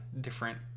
different